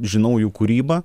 žinau jų kūrybą